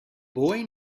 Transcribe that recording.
boy